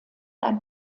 ein